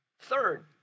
Third